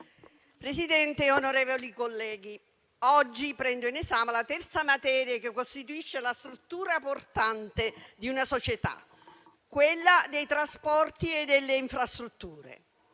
Presidente, onorevoli colleghi, oggi prendo in esame la terza materia che costituisce la struttura portante di una società: quella dei trasporti e delle infrastrutture.